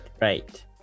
Right